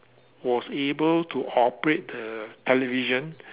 was able to operate the television